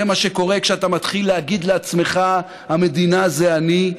זה מה שקורה כשאתה מתחיל להגיד לעצמך: המדינה זה אני.